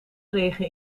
regen